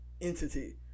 entity